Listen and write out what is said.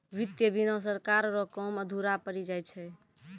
वित्त बिना सरकार रो काम अधुरा पड़ी जाय छै